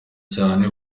cyane